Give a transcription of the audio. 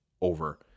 over